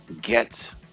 get